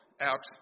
out